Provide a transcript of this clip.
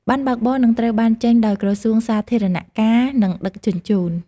ប័ណ្ណបើកបរនឹងត្រូវបានចេញដោយក្រសួងសាធារណការ និងដឹកជញ្ជូន។